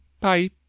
Bye